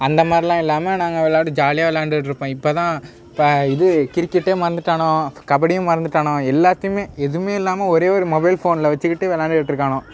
அந்த மாதிரிலாம் இல்லாமல் நாங்கள் ஜாலியாக விளாண்டுட்ருப்போம் இப்போதான் இப்போ இது கிரிக்கெட்டை மறந்துட்டானுக கபடியும் மறந்துட்டானுக எல்லாத்தையுமே எதுவுமே இல்லாமல் ஒரே ஒரு மொபைல் ஃபோன்ல வச்சிக்கிட்டு விளாண்டுட்டு இருக்கானுக